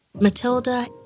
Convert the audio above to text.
Matilda